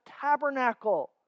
tabernacle